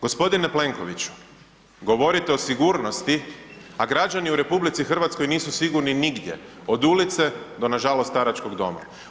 Gospodine Plenkoviću, govorite o sigurnosti, a građani u RH nisu sigurni nigdje od ulice do nažalost staračkog doma.